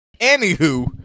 Anywho